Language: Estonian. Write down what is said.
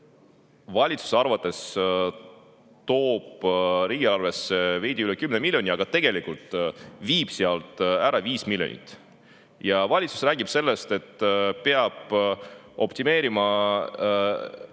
valitsuse arvates toob riigieelarvesse veidi üle 10 miljoni, aga tegelikult viib sealt ära 5 miljonit. Valitsus räägib sellest, et peab optimeerima